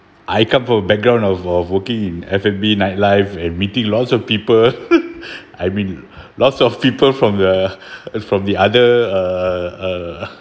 I come from a background of uh working in F and B nightlife and meeting lots of people I mean lots of people from the from the other uh uh